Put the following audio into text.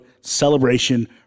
CELEBRATION